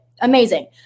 Amazing